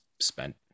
spent